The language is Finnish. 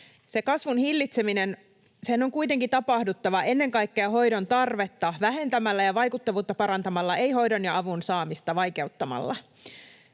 kasvun hillitsemisen on kuitenkin tapahduttava ennen kaikkea hoidon tarvetta vähentämällä ja vaikuttavuutta parantamalla, ei hoidon ja avun saamista vaikeuttamalla.